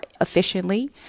efficiently